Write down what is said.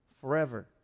forever